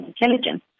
intelligence